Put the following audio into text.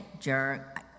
Jerk